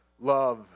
Love